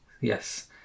Yes